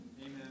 Amen